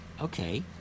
Okay